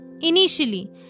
Initially